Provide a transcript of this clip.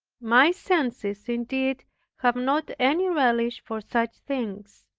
my senses indeed have not any relish for such things,